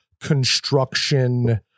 construction